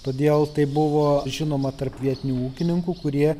todėl tai buvo žinoma tarp vietinių ūkininkų kurie